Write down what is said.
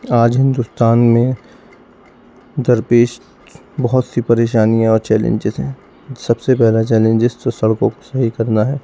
آج ہندوستان میں درپیش بہت سی پریشانیاں اور چیلنجز ہیں سب سے پہلا چیلنجز تو سڑکوں کو صحیح کرنا ہے کرنا ہے